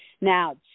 Now